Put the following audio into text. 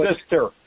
sister